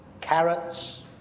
carrots